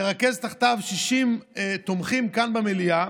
לרכז תחתיו 60 תומכים כאן במליאה,